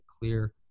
clear